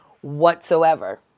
whatsoever